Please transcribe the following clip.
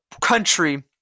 country